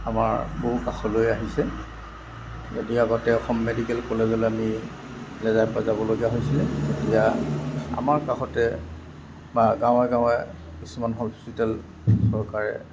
আমাৰ বহু কাষলৈ আহিছে যদি আগতে অসম মেডিকেল কলেজলৈ আমি ইয়াৰ পৰা যাবলগীয়া হৈছিলে এতিয়া আমাৰ কাষতে বা গাঁৱে গাঁৱে কিছুমান হস্পিটেল চৰকাৰে